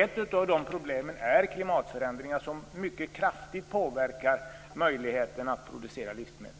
Ett av de problemen är klimatförändringar som mycket kraftigt påverkar möjligheterna att producera livsmedel.